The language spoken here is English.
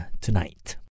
tonight